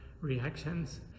reactions